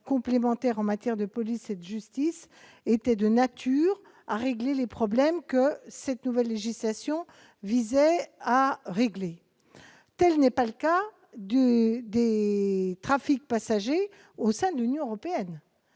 complémentaires en matière de police et de justice, est de nature à régler les problèmes que cette nouvelle législation vise à résoudre. Tel n'est pas le cas du trafic passager au sein de l'Union européenne.